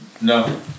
No